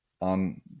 on